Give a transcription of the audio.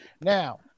Now